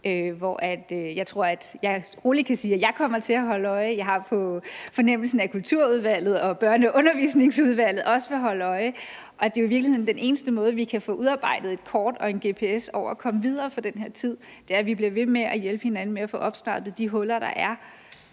hvor jeg tror jeg roligt kan sige, at jeg kommer til at holde øje. Jeg har på fornemmelsen, at Kulturudvalget og Børne- og Undervisningsudvalget også vil holde øje. Den eneste måde, vi kan få udarbejdet et kort over og en gps til at komme videre fra den her tid, er i virkeligheden, at vi bliver ved med at hjælpe hinanden med at få opstartet de huller, der er,